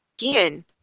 again